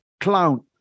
clown